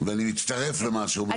ואני מצטרף למה שאומרת מירב.